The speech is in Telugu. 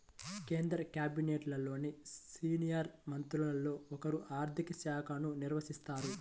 కేంద్ర క్యాబినెట్లోని సీనియర్ మంత్రుల్లో ఒకరు ఆర్ధిక శాఖను నిర్వహిస్తారు